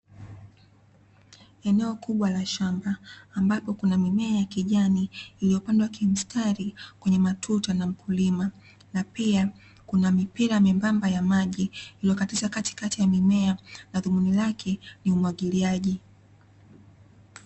Eneo kubwa la shamba ambapo kuna mimea ya kijani iliyopandwa kimstari kwenye matuta na mkulima, na pia kuna mipira mwembamba ya mji imekatiza katikati ya mimea na dhumuni lake ni umwagiliaji.